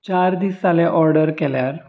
चार दीस जाले ऑर्डर केल्यार